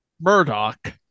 Murdoch